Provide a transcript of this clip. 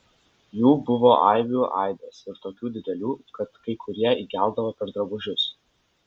jų buvo aibių aibės ir tokių didelių kad kai kurie įgeldavo per drabužius